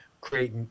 create